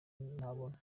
nabona